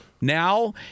now